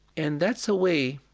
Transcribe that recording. and that's a way,